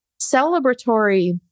celebratory